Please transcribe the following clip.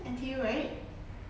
N_T_U right